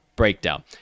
breakdown